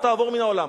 תעבור מן העולם.